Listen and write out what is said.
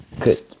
good